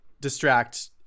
distract